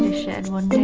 shed one